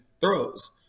throws